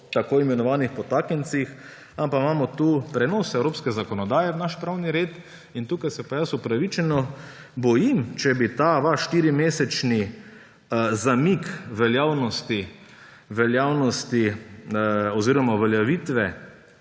tako imenovanih podtaknjencih – ampak imamo tu prenos evropske zakonodaje v naš pravni red. Tukaj se pa jaz upravičeno bojim, če bi bil ta vaš štirimesečni zamik veljavnosti oziroma uveljavitve